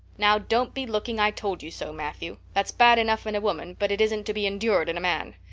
now, don't be looking i told-you-so, matthew. that's bad enough in a woman, but it isn't to be endured in a man.